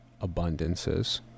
abundances